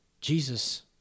Jesus